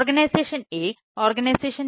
organisation